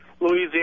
Louisiana